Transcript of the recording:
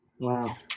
Wow